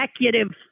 executive